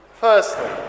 Firstly